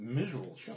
miserable